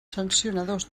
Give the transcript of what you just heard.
sancionadors